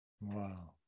Wow